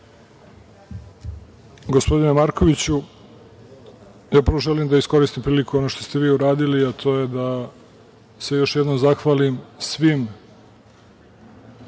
Gospodine Markoviću, prvo želim da iskoristim priliku, ono što ste vi uradili, a to je da se još jednom zahvalim svim